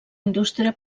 indústria